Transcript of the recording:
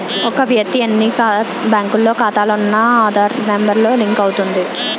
ఒక వ్యక్తి ఎన్ని బ్యాంకుల్లో ఖాతాలో ఉన్న ఆధార్ నెంబర్ తో లింక్ అవుతుంది